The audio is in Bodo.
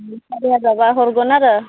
सारिहाजारब्ला हरगोन आरो